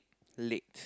late